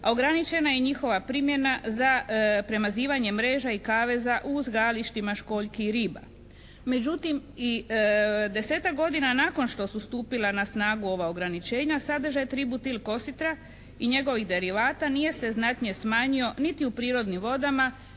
a ograničena je i njihova primjena za premazivanje mreža i kaveza u uzgajalištima školjki i riba. Međutim, i desetak godina nakon što su stupila na snagu ova ograničenja sadržaj tributil kositra i njegovih derivata nije se znatnije smanjio niti u prirodnim vodama